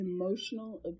Emotional